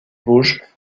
vosges